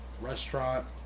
restaurant